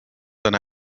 einer